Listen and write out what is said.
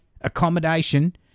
accommodation